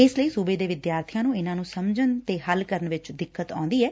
ਇਸ ਲਈ ਸੁਬੇ ਦੇ ਵਿਦਿਆਰਥੀਆਂ ਨੁੰ ਇਨ੍ਹਾਂ ਨੁੰ ਸਮਝਣ ਤੇ ਹੱਲ ਕਰਨ ਵਿਚ ਦਿੱਕਤ ਆਉਂਦੀ ਐ